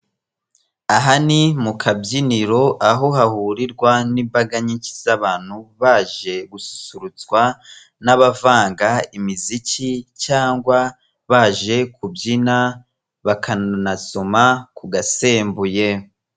Aha ni mu kabyinoro aho hahurirwa n'imbaga nyinshi z'abantu baje gususurutswa n'abavanga imiziki cyangwa baje kubyina bakanasoma kugasembuye.